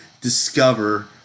discover